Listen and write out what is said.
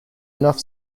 enough